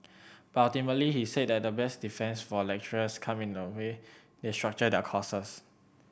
but ultimately he said that the best defence for lecturers come in the way they structure their courses